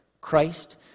Christ